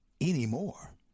anymore